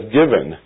given